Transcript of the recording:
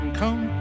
come